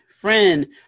friend